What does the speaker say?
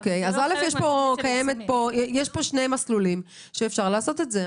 יש כאן שני מסלולים שאפשר לעשות את זה.